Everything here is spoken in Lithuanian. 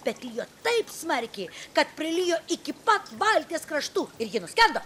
bet lijo taip smarkiai kad prilijo iki pat valties kraštų ir ji nuskendo